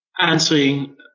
answering